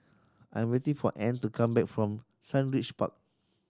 I 'm waiting for Ann to come back from Sundridge Park